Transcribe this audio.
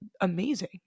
amazing